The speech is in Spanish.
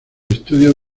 estudio